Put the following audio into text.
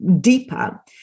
deeper